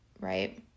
right